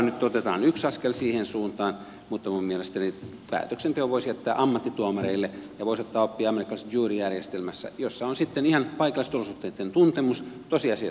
nyt otetaan yksi askel siihen suuntaan mutta minun mielestäni päätöksenteon voisi jättää ammattituomareille ja voisi ottaa oppia amerikkalaisesta jury järjestelmästä jossa on sitten ihan paikallisten olosuhteitten tuntemus tosiasioitten tulkinta